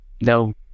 no